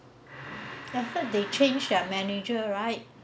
I heard they change their manager right